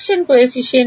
সংক্রমণ সহগ কি